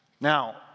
Now